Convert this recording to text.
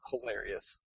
hilarious